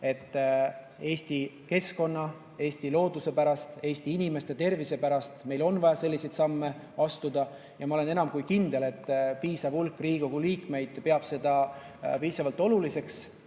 et Eesti keskkonna, Eesti looduse pärast, Eesti inimeste tervise pärast meil on vaja selliseid samme astuda. Ma olen enam kui kindel, et piisav hulk Riigikogu liikmeid peab seda piisavalt oluliseks,